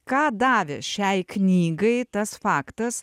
ką davė šiai knygai tas faktas